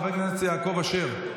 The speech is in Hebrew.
חבר כנסת יעקב אשר,